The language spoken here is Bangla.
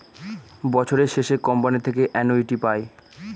বছরের শেষে কোম্পানি থেকে অ্যানুইটি পায়